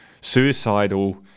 suicidal